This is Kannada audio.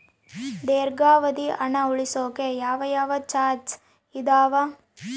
ದೇರ್ಘಾವಧಿ ಹಣ ಉಳಿಸೋಕೆ ಯಾವ ಯಾವ ಚಾಯ್ಸ್ ಇದಾವ?